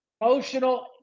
emotional